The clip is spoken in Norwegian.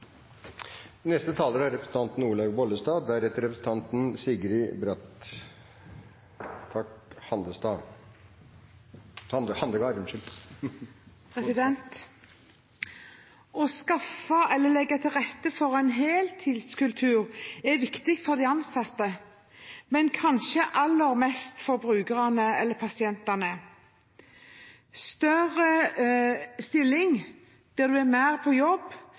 Å skaffe eller legge til rette for en heltidskultur er viktig for de ansatte, men kanskje aller viktigst for brukerne og pasientene. Større stilling – det at man er mer på jobb